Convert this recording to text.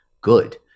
good